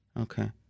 Okay